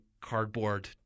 cardboard